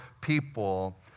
people